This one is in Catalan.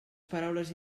paraules